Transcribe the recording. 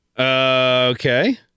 Okay